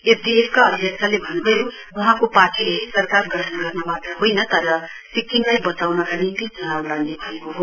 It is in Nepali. एसडिएफ का अध्यक्षले भन्नुभयो वहाँको पार्टीले सरकार गठन गर्न होइन तर सिक्किमलाई बचाउनका निम्ति चुनाउ लड्ने भएको हो